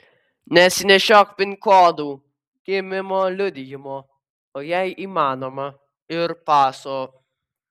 nesinešiok pin kodų gimimo liudijimo o jei įmanoma ir paso